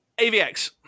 AVX